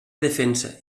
defensa